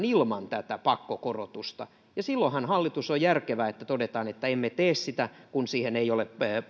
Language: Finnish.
ilman tätä pakkokorotusta silloinhan hallitus on järkevä kun toteaa että emme tee sitä kun siihen ei ole